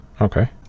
Okay